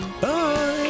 Bye